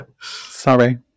Sorry